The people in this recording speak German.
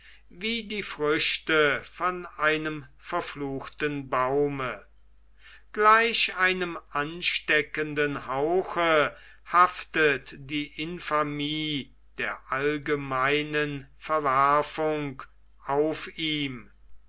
wie die früchte von einem verfluchten baume gleich einem ansteckenden hauche haftet die infamie der allgemeinen verwerfung auf ihm